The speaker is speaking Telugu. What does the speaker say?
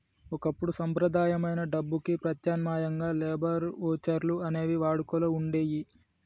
ఒకప్పుడు సంప్రదాయమైన డబ్బుకి ప్రత్యామ్నాయంగా లేబర్ వోచర్లు అనేవి వాడుకలో వుండేయ్యి